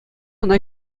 ӑна